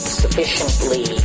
sufficiently